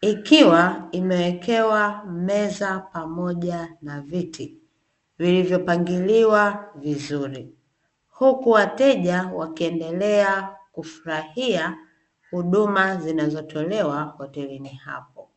ikiwa imewekewa meza pamoja na viti vilivyopangiliwa vizuri, huku wateja wakiendelea kufurahia huduma zinazotolewa hotelini hapo.